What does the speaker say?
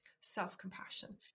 self-compassion